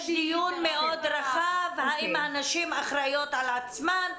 יש דיון רחב מאוד אם הנשים אחראיות על עצמן,